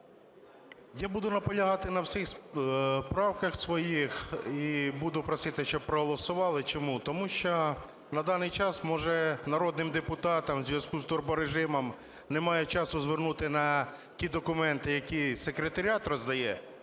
Я буду наполягати на всіх правках своїх, і буду просити, щоб проголосували. Чому? Тому що на даний час, може, народним депутатам у зв'язку з турборежимом немає часу звернути на ті документи, які секретаріат роздає,